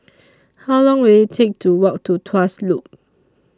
How Long Will IT Take to Walk to Tuas Loop